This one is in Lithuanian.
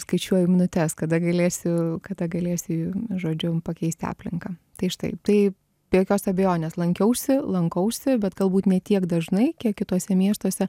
skaičiuoju minutes kada galėsiu kada galėsi žodžiu pakeisti aplinką tai štai tai be jokios abejonės lankiausi lankausi bet galbūt ne tiek dažnai kiek kituose miestuose